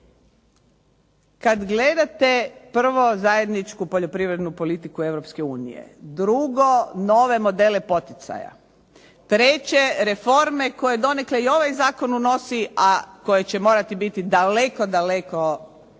Kada gledate prvo zajedničku poljoprivrednu politiku Europske unije, drugo nove modele poticaja, treće reforme koje donekle i ovaj zakon unosi, a koje će morati biti daleko, daleko